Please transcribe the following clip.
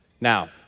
Now